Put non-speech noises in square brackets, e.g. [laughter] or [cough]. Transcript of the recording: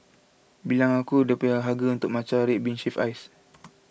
belong a good [unintelligible] Matcha Red Bean Shaved Ice